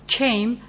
came